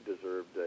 deserved